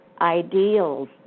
ideals